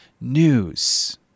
news